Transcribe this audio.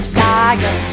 liar